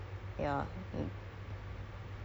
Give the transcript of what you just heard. I tak tahu seh ada benda macam gini